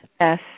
Yes